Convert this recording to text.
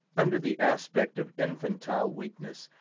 under the aspect of infantile weakness,